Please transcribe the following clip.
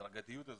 שההדרגתיות הזו